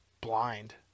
blind